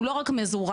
הוא לא רק מזורז,